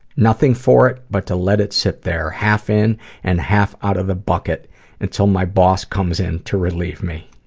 nothing for it but to let it sit there half in and half out of the bucket until my boss comes in to relieve me.